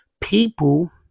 people